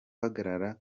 ahagaragara